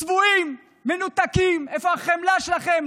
צבועים, מנותקים, איפה החמלה שלכם?